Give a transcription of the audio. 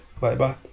bye-bye